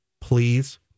please